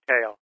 tail